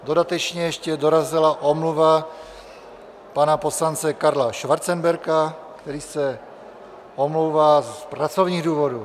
Dodatečně ještě dorazila omluva pana poslance Karla Schwarzenberga, který se omlouvá z pracovních důvodů.